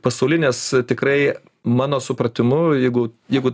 pasaulinės tikrai mano supratimu jeigu jeigu